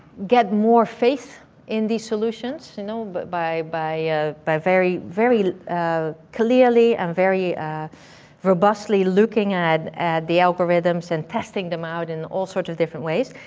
get more faith in the solutions, you know but by by very very ah clearly and very robustly looking at at the algorithms and testing them out in all sorts of different ways.